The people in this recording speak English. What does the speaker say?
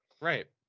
right